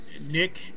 Nick